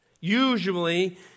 Usually